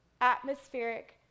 atmospheric